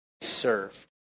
served